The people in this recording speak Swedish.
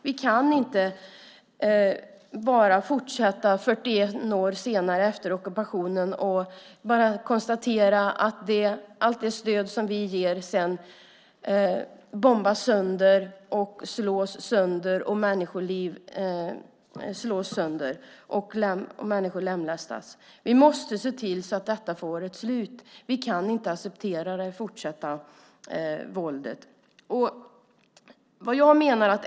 Vi kan inte fortsätta, 41 år efter ockupationen, att bara konstatera att allt det stöd som vi ger bombas sönder, att människoliv slås sönder och att människor lemlästas. Vi måste se till att detta får ett slut. Vi kan inte acceptera det fortsatta våldet.